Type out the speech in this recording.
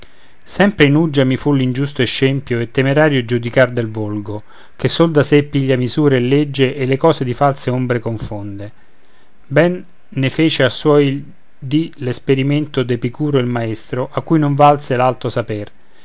sempre in uggia mi fu l'ingiusto e scempio e temerario giudicar del volgo che sol da sé piglia misura e legge e le cose di false ombre confonde ben ne fece a suoi dì l'esperimento d'epicuro il maestro a cui non valse l'alto saper